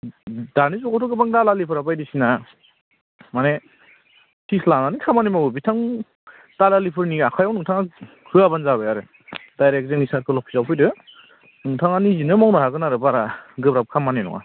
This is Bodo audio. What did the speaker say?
दानि जुगावथ' गोबां दालालिफोरा बायदिसिना माने फिस लानानै खामानि मावो बिथां दालालिफोरनि आखाइआव नोंथाङा होआबानो जाबाय आरो डायरेक्ट जोंनि सार्कल अफिसाव फैदो नोंथाङा निजिनो मावनो हागोन आरो बारा गोब्राब खामानि नङा